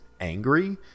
angry